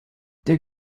der